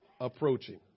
approaching